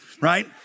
right